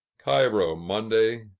cairo, monday,